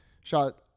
shot